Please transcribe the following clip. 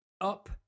up